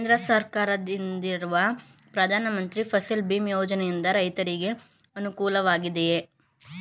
ಕೇಂದ್ರ ಸರ್ಕಾರದಿಂದಿರುವ ಪ್ರಧಾನ ಮಂತ್ರಿ ಫಸಲ್ ಭೀಮ್ ಯೋಜನೆಯಿಂದ ರೈತರಿಗೆ ಅನುಕೂಲವಾಗಿದೆಯೇ?